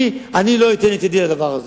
אני לא אתן את ידי לדבר הזה,